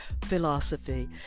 philosophy